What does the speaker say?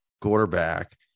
quarterback